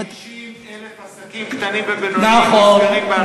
60,000 עסקים קטנים ובינוניים נסגרים ב-2014 במדינת ישראל.